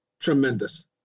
tremendous